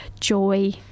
joy